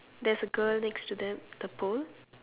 there's a girl next to them the pole